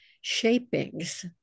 shapings